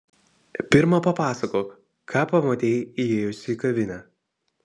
pirma papasakok ką pamatei įėjusi į kavinę